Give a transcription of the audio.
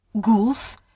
ghouls